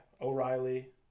O'Reilly